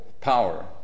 power